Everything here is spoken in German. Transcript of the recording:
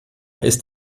ist